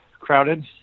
crowded